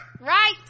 right